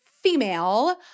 female